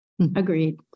Agreed